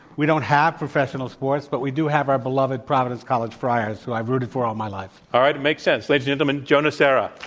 we don't have professional sports, but we do have our beloved providence college friars, who i've rooted for all my life. all right, it makes and like gentlemen, joe nocera.